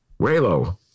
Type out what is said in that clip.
Raylo